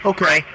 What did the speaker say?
Okay